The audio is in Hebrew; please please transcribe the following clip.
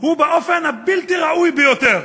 הוא באופן הבלתי-ראוי ביותר.